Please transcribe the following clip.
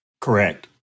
Correct